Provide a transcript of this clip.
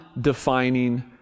defining